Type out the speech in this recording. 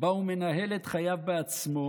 שבה הוא מנהל את חייו בעצמו,